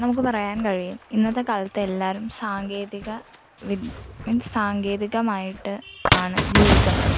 നമുക്ക് പറയാൻ കഴിയും ഇന്നത്തെ കാലത്ത് എല്ലാരും സാങ്കേതിക വി മീൻസ് സാങ്കേതികമായിട്ട് ആണ് ജീവിക്കുന്നത്